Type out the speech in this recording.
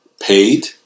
paid